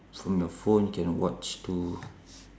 from your phone can watch too